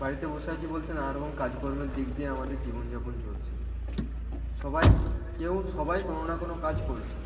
বাড়িতে বসে আছি বলতে নানা রকম কাজকর্মের দিক দিয়ে আমাদের জীবনযাপন চলছে সবাই কেউ সবাই কোনো না কোনো কাজ করছে